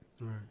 Right